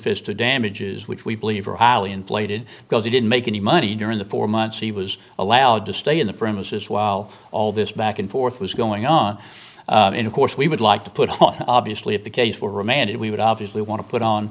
proof is to damages which we believe are highly inflated because he didn't make any money during the four months he was allowed to stay in the premises while all this back and forth was going on in of course we would like to put what obviously of the case will remain and we would obviously want to put on